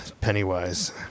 Pennywise